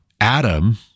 Adam